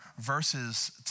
verses